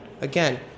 again